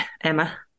Emma